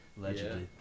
Allegedly